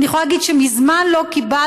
אני יכולה להגיד שמזמן לא קיבלתי,